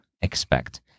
expect